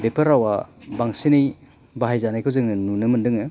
बेफोर रावा बांसिनै बाहायजानायखौ जोङो नुनो मोनदोङो